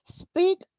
Speak